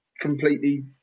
completely